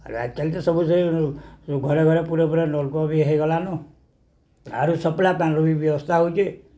ଆରୁ ଆଜିକାଲି ତ ସବୁ ସେଇ ଘରେ ଘରେ ପୁରା ପୁରା ନଲକୂଅ ବି ହେଇଗଲାନ ଆରୁ ସପ୍ଲାଏ ପାଣିର ବି ବ୍ୟବସ୍ଥା ହେଉଛେ